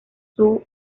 soo